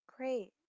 Great